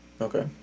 Okay